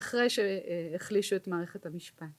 אחרי שהחלישו את מערכת המשפט